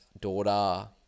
daughter